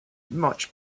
much